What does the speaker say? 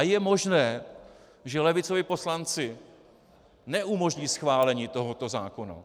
A je možné, že levicoví poslanci neumožní schválení tohoto zákona.